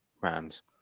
Rams